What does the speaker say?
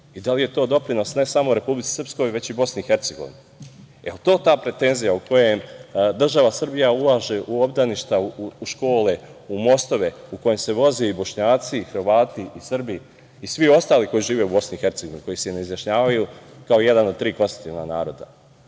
Da li je to doprinos ne samo Republici Srpskoj, već i BiH? Jel to ta pretenzija u koje država Srbija ulaže u obdaništa, u škole, u mostove, u kojem se voze i Bošnjaci, Hrvati i Srbi i svi ostali koji žive u BiH, koji se ne izjašnjavaju kao jedan od tri konstitutivna naroda?